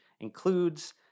includes